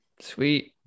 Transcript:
sweet